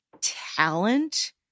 talent